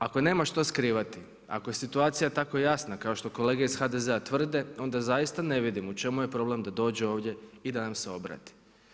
Ako nema što skrivati, ako je situacija tako jasna kao što kolege iz HDZ-a tvrde, onda zaista ne vidim u čemu je problem da dođe ovdje i da nam se obrati.